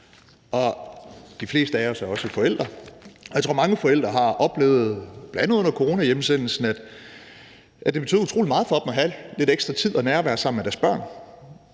og de fleste af os er også forældre, og jeg tror, mange forældre har oplevet, bl.a. under coronahjemsendelsen, at det betød utrolig meget for dem at have lidt ekstra tid og nærvær sammen med deres børn.